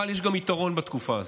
אבל יש גם יתרון בתקופה הזאת.